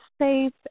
safe